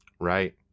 Right